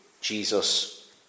Jesus